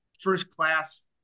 first-class